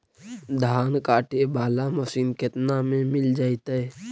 धान काटे वाला मशीन केतना में मिल जैतै?